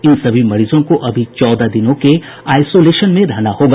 इन सभी मरीजों को अभी चौदह दिनों के आइसोलेशन में रहना होगा